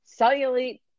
cellulite